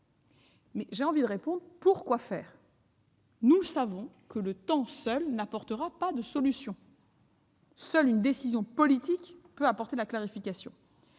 J'ai envie de répondre : pour quoi faire ? Nous le savons, le temps seul n'apportera pas de solution. Seule une décision politique peut apporter une clarification.